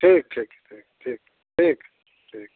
ठीक ठीक ठीक ठीक ठीक ठीक